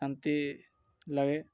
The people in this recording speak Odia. ଶାନ୍ତି ଲାଗେ